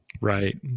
Right